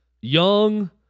young